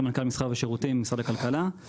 סמנכ"ל מסחר ושירותים במשרד הכלכלה.